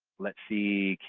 let's see,